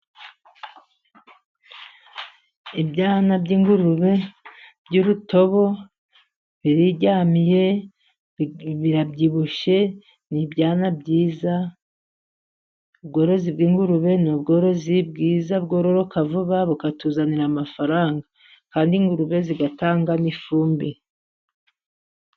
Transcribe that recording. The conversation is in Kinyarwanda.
Ibyana by'ingurube by'urutobo biriryamiye birabyibushye ni ibyana byiza. Ubwororozi bw' ingurube ni ubworozi bwiza bwororoka vuba bukatuzanira amafaranga, kandi ingurube zigatanga n'ifumbire.